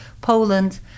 Poland